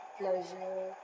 pleasure